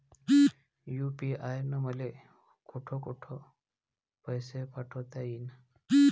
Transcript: UPI न मले कोठ कोठ पैसे पाठवता येईन?